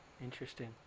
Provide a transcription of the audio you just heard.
Interesting